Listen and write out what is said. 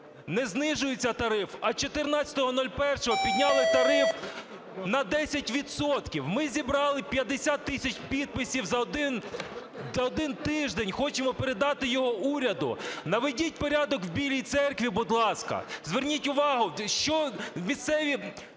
не знижується тариф, а 14.01 підняли тариф на 10 відсотків. Ми зібрали 50 тисяч підписів за один тиждень, хочемо передати його уряду. Наведіть порядок в Білій Церкві, будь ласка, зверніть увагу, що місцеві